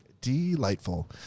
Delightful